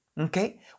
okay